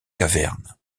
caverne